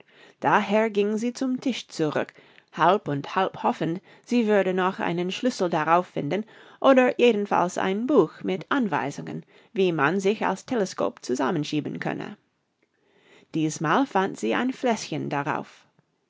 daher ging sie zum tisch zurück halb und halb hoffend sie würde noch einen schlüssel darauf finden oder jedenfalls ein buch mit anweisungen wie man sich als teleskop zusammenschieben könne diesmal fand sie ein fläschchen darauf